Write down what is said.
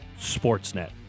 Sportsnet